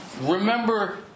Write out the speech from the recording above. Remember